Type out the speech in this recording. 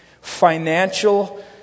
financial